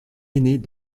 aînée